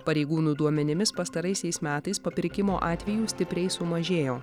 pareigūnų duomenimis pastaraisiais metais papirkimo atvejų stipriai sumažėjo